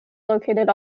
located